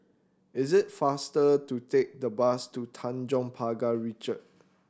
is it faster to take the bus to Tanjong Pagar Ricoh